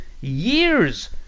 years